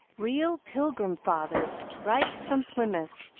real pilgrim fathers, right from plymouth.